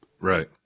Right